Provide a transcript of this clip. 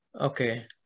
Okay